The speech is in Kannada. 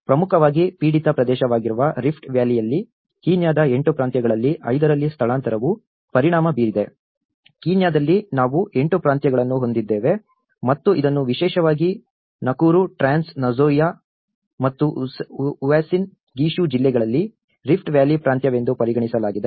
ಪ್ರಮುಖವಾಗಿ ಪೀಡಿತ ಪ್ರದೇಶವಾಗಿರುವ ರಿಫ್ಟ್ ವ್ಯಾಲಿಯಲ್ಲಿ ಕೀನ್ಯಾದ 8 ಪ್ರಾಂತ್ಯಗಳಲ್ಲಿ 5 ರಲ್ಲಿ ಸ್ಥಳಾಂತರವು ಪರಿಣಾಮ ಬೀರಿದೆ ಕೀನ್ಯಾದಲ್ಲಿ ನಾವು 8 ಪ್ರಾಂತ್ಯಗಳನ್ನು ಹೊಂದಿದ್ದೇವೆ ಮತ್ತು ಇದನ್ನು ವಿಶೇಷವಾಗಿ ನಕುರು ಟ್ರಾನ್ಸ್ ನ್ಜೋಯಾ ಮತ್ತು ಉಸಿನ್ ಗಿಶು ಜಿಲ್ಲೆಗಳಲ್ಲಿ ರಿಫ್ಟ್ ವ್ಯಾಲಿ ಪ್ರಾಂತ್ಯವೆಂದು ಪರಿಗಣಿಸಲಾಗಿದೆ